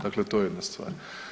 Dakle, to je jedna stvar.